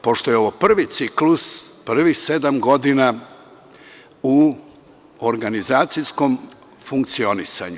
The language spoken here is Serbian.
pošto je ovo prvi ciklus, prvih sedam godina u organizacijskom funkcionisanju.